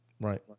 Right